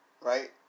right